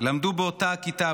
למדו באותה הכיתה,